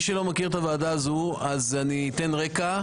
מי שלא מכיר את הוועדה הזו, אני אתן רקע.